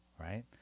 right